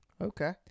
Okay